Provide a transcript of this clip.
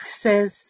says